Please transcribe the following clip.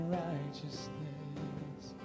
righteousness